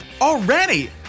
already